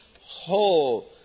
whole